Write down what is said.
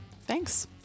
Thanks